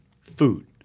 food